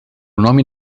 nome